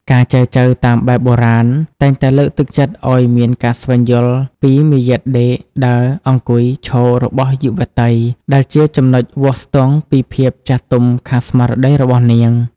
ការចែចូវតាមបែបបុរាណ តែងតែលើកទឹកចិត្តឱ្យមានការស្វែងយល់ពី "មាយាទដេក ដើរ អង្គុយ ឈរ" របស់យុវតី ដែលជាចំណុចវាស់ស្ទង់ពីភាពចាស់ទុំខាងស្មារតីរបស់នាង។